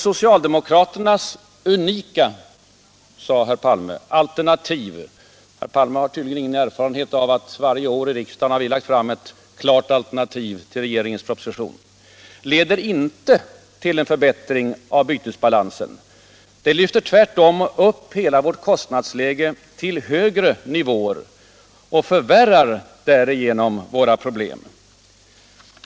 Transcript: Socialdemokraternas ”unika” alternativ, som herr Palme talade om — herr Palme har tydligen ingen erfarenhet av att vi varje år i riksdagen lagt fram ett klart alternativ till regeringens proposition — leder inte till en förbättring av bytesbalansen. Det lyfter tvärtom upp hela vårt kostnadsläge till högre nivåer och förvärrar därigenom våra problem.